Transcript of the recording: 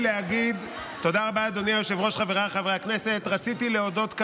25 בעד, אין מתנגדים, אין נמנעים.